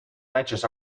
matches